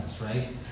right